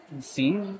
see